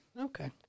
Okay